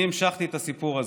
אני המשכתי את הסיפור הזה.